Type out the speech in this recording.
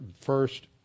first